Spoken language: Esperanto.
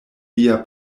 lia